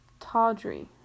Tawdry